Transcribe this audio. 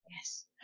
yes